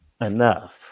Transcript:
enough